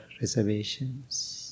reservations